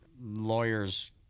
lawyers